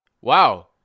Wow